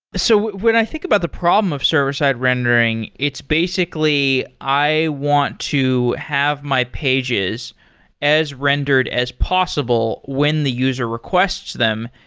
so when i think about the problem of server-side rendering, it's basically i want to have my pages as rendered as possible when the user requests them.